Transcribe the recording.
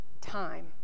time